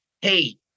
hey